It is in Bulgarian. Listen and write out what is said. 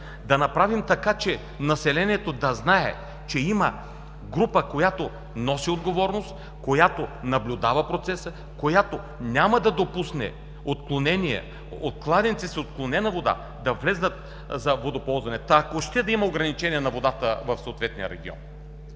Да направим така, че населението да знае, че има група, която носи отговорност, която наблюдава процеса, която няма да допусне отклонения от кладенци с отклонена вода да влезнат за водоползване, та ако ще да има ограничение на водата в съответния регион.